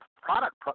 product